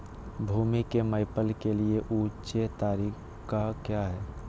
भूमि को मैपल के लिए ऊंचे तरीका काया है?